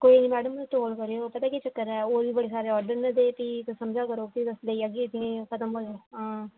कोई नि मैडम तौल करेओ पता केह् चक्कर ऐ होर बी बड़े सारे आडर न ते फ्ही तुस समझा करो फिर लेई जाह्गे ते खतम होई जाना हां